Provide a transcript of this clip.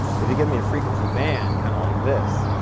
if you give me a frequency band, kind of like this,